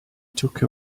took